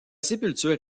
sépulture